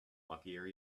luckier